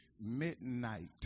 midnight